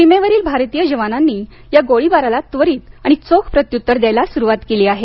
सीमेवरील भारतीय जवानांनी या गोळीबाराला त्वरित आणि चोख प्रत्युत्तर द्यायला सुरुवात केली आहे